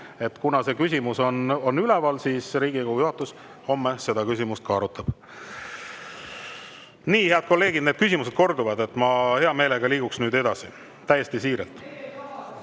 kuna see küsimus on üleval, siis Riigikogu juhatus homme seda arutab. Nii, head kolleegid, küsimused korduvad. Ma hea meelega liiguks nüüd edasi. Täiesti siiralt.